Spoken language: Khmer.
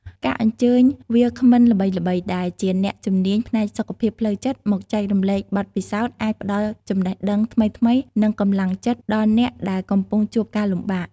ការអញ្ជើញវាគ្មិនល្បីៗដែលជាអ្នកជំនាញផ្នែកសុខភាពផ្លូវចិត្តមកចែករំលែកបទពិសោធន៍អាចផ្ដល់ចំណេះដឹងថ្មីៗនិងកម្លាំងចិត្តដល់អ្នកដែលកំពុងជួបការលំបាក។